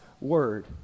Word